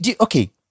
Okay